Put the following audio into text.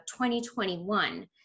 2021